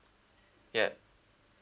yup